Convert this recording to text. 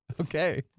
Okay